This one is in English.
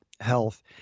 health